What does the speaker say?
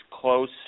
close